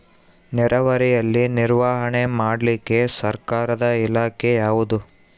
ನೇರಾವರಿಯಲ್ಲಿ ನಿರ್ವಹಣೆ ಮಾಡಲಿಕ್ಕೆ ಸರ್ಕಾರದ ಇಲಾಖೆ ಯಾವುದು?